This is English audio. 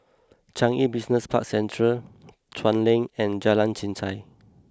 Changi Business Park Central Chuan Lane and Jalan Chichau